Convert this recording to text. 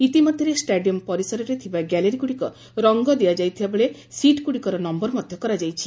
ଇତିମଧ୍ଘରେ stadium ପରିସରରେ ଥିବା ଗ୍ୟାଲେରୀଗୁଡ଼ିକ ରଙ୍ଗ ଦିଆଯାଇଥିବାବେଳେ ସିଟ୍ଗୁଡିକର ନ୍ୟର ମଧ୍ଧ କରାଯାଇଛି